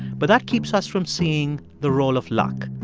but that keeps us from seeing the role of luck.